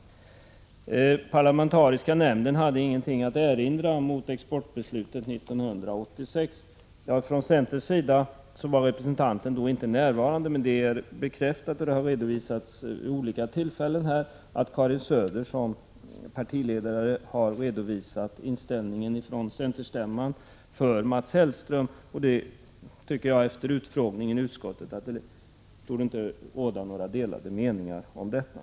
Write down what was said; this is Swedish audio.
Han pekade på att parlamentariska nämnden inte hade någonting att erinra mot exportbeslutet 1986. Representanten från centerpartiet var inte närvarande vid det aktuella tillfället, men det har i olika sammanhang bekräftats att Karin Söder som partiledare har redovisat centerstämmans inställning till Mats Hellström. Efter utfrågningen i utskottet borde det inte råda några delade meningar om detta.